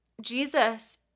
Jesus